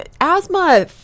asthma